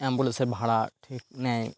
অ্যাম্বুুলেন্সের ভাড়া ঠিক নেয়